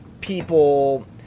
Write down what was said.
people